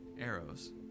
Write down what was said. arrows